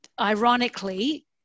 ironically